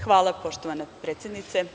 Hvala poštovana predsednice.